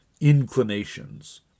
Inclinations